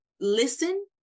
listen